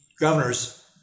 governors